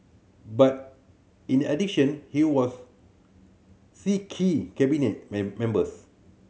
but in addition he was see key Cabinet members